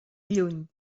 lluny